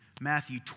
Matthew